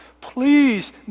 Please